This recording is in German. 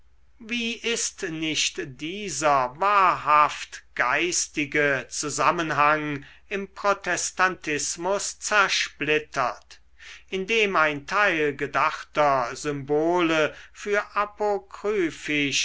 wie ist nicht dieser wahrhaft geistige zusammenhang im protestantismus zersplittert indem ein teil gedachter symbole für